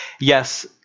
Yes